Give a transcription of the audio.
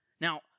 Now